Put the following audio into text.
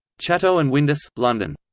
chatto and windus, london.